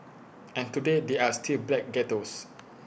and today there are still black ghettos